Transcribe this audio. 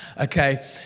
Okay